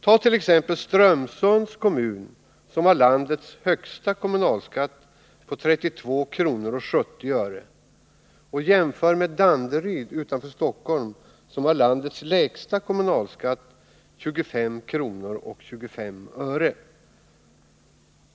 Ta t.ex. Strömsunds kommun, som har landets högsta kommunalskatt på 32:70 kr., och jämför med Danderyd utanför Stockholm, som har landets lägsta kommunalskatt på 25:25 kr.